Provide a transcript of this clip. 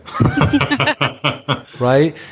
Right